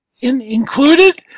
included